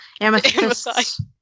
Amethyst